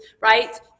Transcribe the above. right